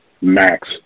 max